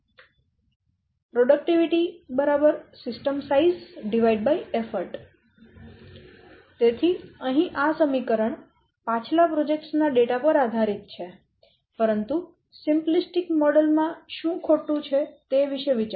ઉત્પાદકતા system size પ્રયાસ તેથી અહીં આ સમીકરણ પાછલા પ્રોજેક્ટ્સ ના ડેટા પર આધારિત છે પરંતુ સિમ્પ્લિસ્ટિક મોડેલ માં શું ખોટું છે તે વિશે વિચારો